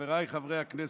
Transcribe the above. חבריי חברי הכנסת,